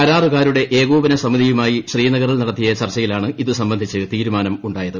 കരാറുകാരുടെ ഏകോപന സമിതിയുമായി ശ്രീനഗറിൽ നടത്തിയ ചർച്ചയിലാണ് ഇത് സംബന്ധിച്ച് തീരുമാനം ഉണ്ടായത്